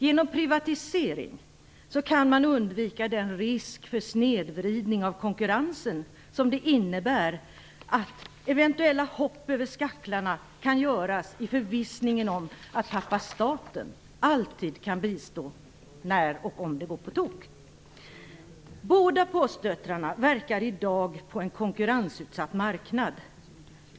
Genom privatisering kan man undvika den risk för snedvridning av konkurrensen som det innebär att eventuella hopp över skaklarna kan göras i förvissningen om att pappa staten alltid kan bistå när och om det går på tok. Båda Post-döttrarna verkar i dag på en konkurrensutsatt marknad.